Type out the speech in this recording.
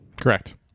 correct